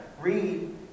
read